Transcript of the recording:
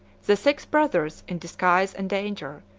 the six brothers, in disguise and danger,